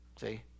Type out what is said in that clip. See